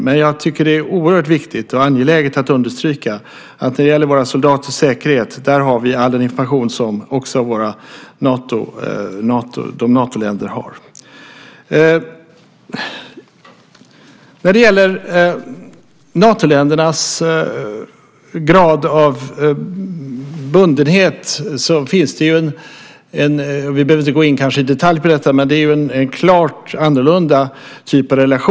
Men det är oerhört viktigt och angeläget att understryka att när det gäller våra soldaters säkerhet har vi också all den information som Natoländerna har. När det gäller Natoländernas grad av bundenhet finns det en klart annorlunda typ av relation. Vi behöver kanske inte gå in i detalj på detta.